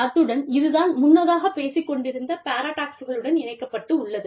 அத்துடன் இது நான் முன்னதாக பேசிக் கொண்டிருந்த பாராடாக்ஸ்களுடன் இணைக்கப் பட்டுள்ளது